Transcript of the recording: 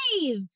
Dave